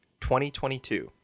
2022